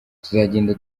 tuzagenda